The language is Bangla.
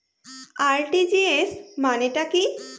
আর.টি.জি.এস মানে টা কি?